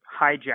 hijack